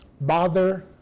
bother